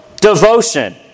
devotion